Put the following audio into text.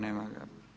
Nema ga.